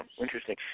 interesting